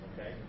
Okay